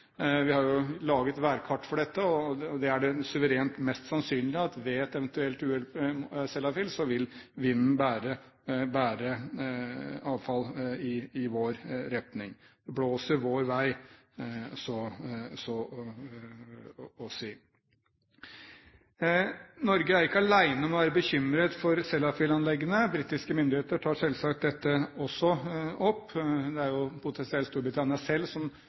Vi har laget værkart over dette, og det suverent mest sannsynlige er at ved et eventuelt uhell ved Sellafield vil vinden bære avfall i vår retning. Det blåser vår vei, så å si. Norge er ikke alene om å være bekymret for Sellafield-anlegget. Britiske myndigheter tar selvsagt også dette opp. Det er potensielt Storbritannia selv